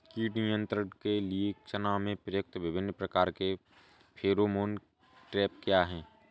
कीट नियंत्रण के लिए चना में प्रयुक्त विभिन्न प्रकार के फेरोमोन ट्रैप क्या है?